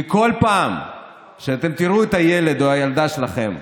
כי כל פעם שאתם תראו את הילד או הילדה שלכם,